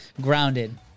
grounded